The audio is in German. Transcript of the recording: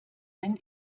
wenn